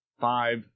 five